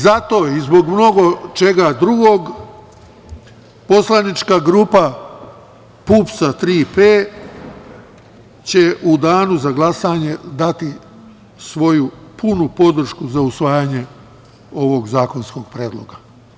Zato i zbog mnogo čega drugog poslanička grupa PUPS „Tri P“ će u Danu za glasanje dati svoju punu podršku za usvajanje ovog zakonskog predloga.